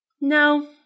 No